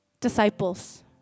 disciples